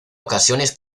ocasiones